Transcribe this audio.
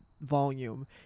volume